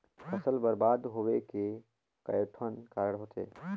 फसल बरबाद होवे के कयोठन कारण होथे